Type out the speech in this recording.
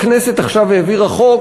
הכנסת עכשיו העבירה חוק,